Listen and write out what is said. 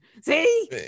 See